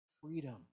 freedom